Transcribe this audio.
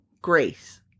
Grace